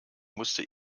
musste